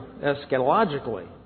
eschatologically